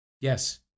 Yes